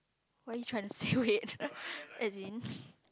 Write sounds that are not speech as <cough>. what you trying to say wait <laughs> as in